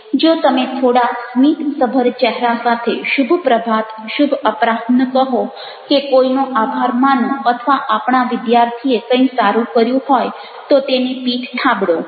જો તમે થોડા સ્મિતસભર ચહેરા સાથે શુભ પ્રભાત શુભ અપરાહ્ન કહો કે કોઈનો આભાર માનો અથવા આપણા વિદ્યાર્થીએ કંઈ સારું કર્યું હોય તો તેની પીઠ થાબડો